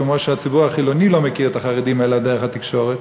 כמו שהציבור החילוני לא מכיר את החרדים אלא דרך התקשורת,